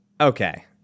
Okay